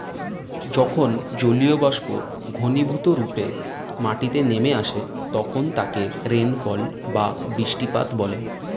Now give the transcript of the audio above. যখন জলীয়বাষ্প ঘনীভূতরূপে মাটিতে নেমে আসে তাকে রেনফল বা বৃষ্টিপাত বলে